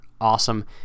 awesome